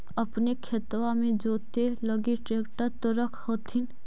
अपने खेतबा मे जोते लगी ट्रेक्टर तो रख होथिन?